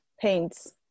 paints